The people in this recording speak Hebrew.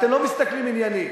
אתם לא מסתכלים עניינית,